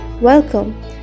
Welcome